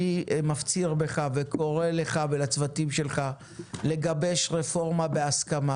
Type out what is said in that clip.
אני מפציר בך ובצוותים שלך לגבש רפורמה בהסכמה